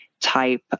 type